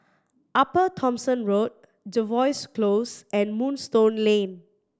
Upper Thomson Road Jervois Close and Moonstone Lane